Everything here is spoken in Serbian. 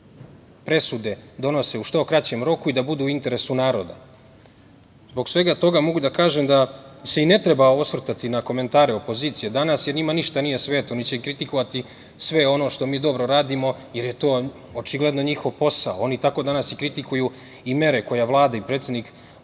se presude donose u što kraćem roku i da budu u interesu naroda. Zbog svega toga mogu da kažem da se i ne treba osvrtati na komentare opozicije danas, jer njima ništa nije sveto, oni će kritikovati sve ono što mi dobro radimo, jer je to očigledno njihov posao, oni tako danas i kritikuju i mere koje Vlada i predsednik donose